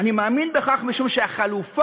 אני מאמין בכך, משום שהחלופה